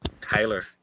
Tyler